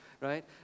right